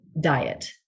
diet